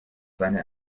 seine